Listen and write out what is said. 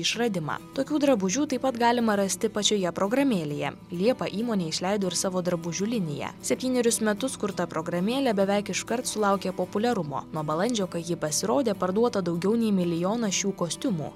išradimą tokių drabužių taip pat galima rasti pačioje programėlėje liepą įmonė išleido ir savo drabužių liniją septynerius metus kurta programėlė beveik iškart sulaukė populiarumo nuo balandžio kai ji pasirodė parduota daugiau nei milijonas šių kostiumų